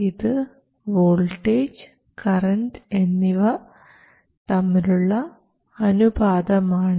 ഇത് voltage current എന്നിവ തമ്മിലുള്ള അനുപാതമാണ്